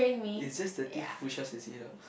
is just thirty push ups and sit ups